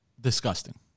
Disgusting